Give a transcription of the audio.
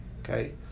Okay